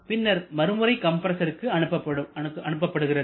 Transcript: பின்னர் மறுமுறை கம்பரசருக்கு அனுப்பப்படுகிறது